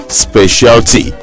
specialty